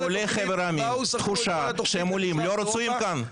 --- לעולי חבר העמים תחושה שהם עולים לא רצויים כאן.